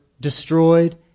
destroyed